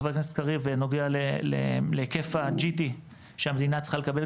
חבר הכנסת קריב בנוגע להיקף ה-GT שהמדינה צריכה לקבל.